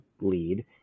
lead